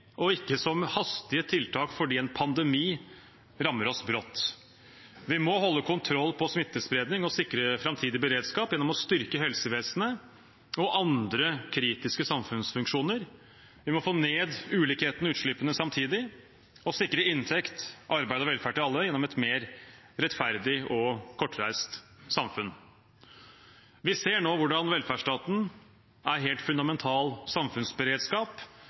og ikke som hastige tiltak fordi en pandemi rammer oss brått. Vi må holde kontroll på smittespredningen og sikre en framtidig beredskap gjennom å styrke helsevesenet og andre kritiske samfunnsfunksjoner, vi må få ned ulikheten og utslippene samtidig og sikre inntekt, arbeid og velferd til alle gjennom et mer rettferdig og kortreist samfunn. Vi ser nå hvordan velferdsstaten er helt fundamentalt samfunnsberedskap.